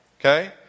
Okay